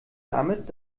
damit